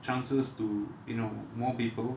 chances to you know more people